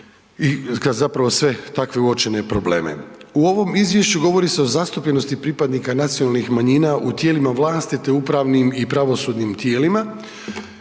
zapravo sve takve uočene probleme. U ovom izvješću govori se o zastupljenosti pripadnika nacionalnih manjina u tijelima vlasti te upravnim i pravosudnim tijelima.